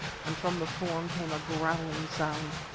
and from the form came a growling sound.